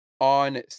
on